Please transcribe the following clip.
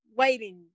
waiting